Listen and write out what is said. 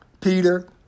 Peter